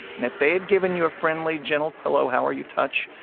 and if they had given you a friendly, gentle hello-how-are-you touch,